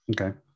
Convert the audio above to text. Okay